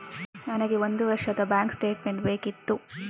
ನನಗೆ ಒಂದು ವರ್ಷದ ಬ್ಯಾಂಕ್ ಸ್ಟೇಟ್ಮೆಂಟ್ ಬೇಕಿತ್ತು